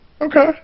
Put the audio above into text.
Okay